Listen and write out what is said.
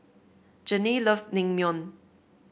Janay loves Naengmyeon